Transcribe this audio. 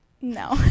No